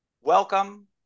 Welcome